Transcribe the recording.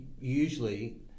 Usually